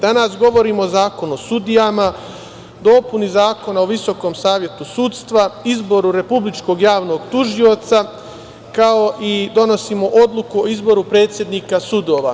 Danas govorimo o Zakonu o sudijama, dopuni Zakona o Visokom savetu sudstva, izboru republičkog javnog tužioca i donosimo odluku o izboru predsednika sudova.